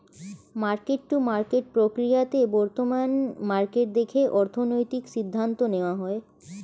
market to market প্রক্রিয়াতে বর্তমান market দেখে অর্থনৈতিক সিদ্ধান্ত নেওয়া হয়